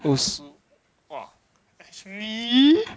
五十 !wah! actually